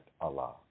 Allah